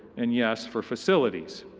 and yes, for facilities.